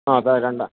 അതെ രണ്ടാണ്